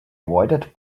avoided